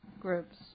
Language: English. groups